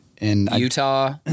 Utah